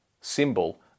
symbol